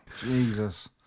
Jesus